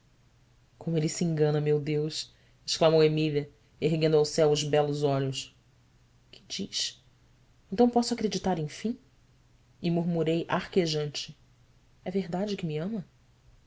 como ele se engana meu deus exclamou emília erguendo ao céu os belos olhos ue diz então posso acreditar enfim e murmurei arquejante é verdade que me ama